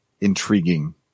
intriguing